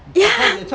yeah